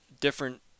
different